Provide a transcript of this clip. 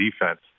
defense